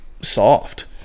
soft